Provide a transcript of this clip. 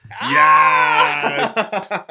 Yes